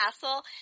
castle